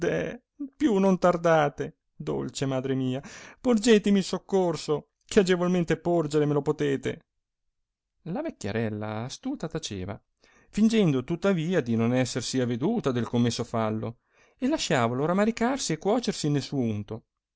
più non tardate dolce madre mia porgetemi soccorso che agevolmente porgere me lo potete la vecchiarella astuta taceva fingendo tuttavia di non essersi aveduta del commesso fallo e lasciavalo ramaricarsi e cuocersi nel